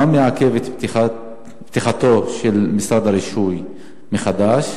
1. מה מעכב את פתיחתו של משרד הרישוי מחדש?